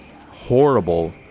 horrible